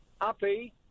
happy